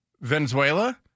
Venezuela